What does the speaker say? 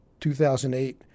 2008